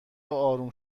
آرام